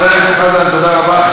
חבר הכנסת חזן, תודה רבה.